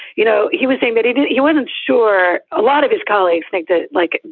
you know, he was saying that he he wasn't sure. a lot of his colleagues think that like.